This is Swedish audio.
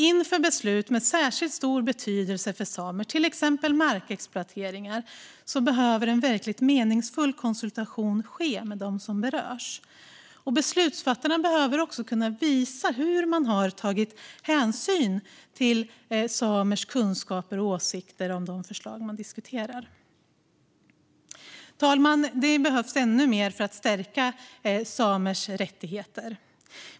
Inför beslut av särskilt stor betydelse för samer, till exempel markexploateringar, behöver en verkligt meningsfull konsultation ske med dem som berörs. Beslutsfattarna behöver också kunna visa hur de har tagit hänsyn till samers kunskaper och åsikter om de förslag som diskuteras. Fru talman! Det behövs ännu mer för att stärka samers rättigheter.